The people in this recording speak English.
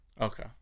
Okay